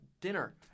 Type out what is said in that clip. dinner